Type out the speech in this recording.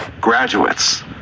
graduates